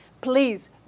Please